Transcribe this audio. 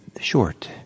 short